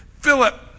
Philip